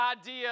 idea